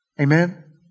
Amen